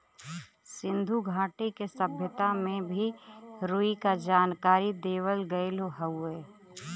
सिन्धु घाटी के सभ्यता में भी रुई क जानकारी देवल गयल हउवे